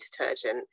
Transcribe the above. detergent